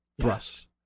thrust